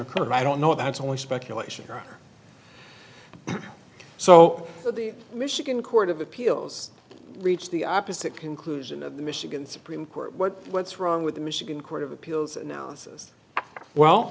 occurred i don't know that's only speculation so the michigan court of appeals reached the opposite conclusion of the michigan supreme court what what's wrong with the michigan court of appeals analysis well